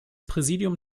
präsidium